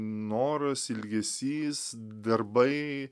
noras ilgesys darbai